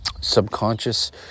subconscious